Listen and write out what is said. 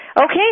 Okay